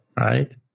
right